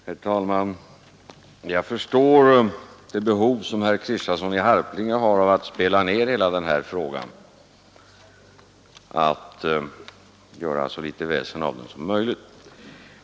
Herr talman! Jag förstår det behov som herr Kristiansson i Harplinge har av att spela ner hela den här frågan, att göra så litet väsen av den som möjligt.